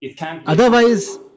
Otherwise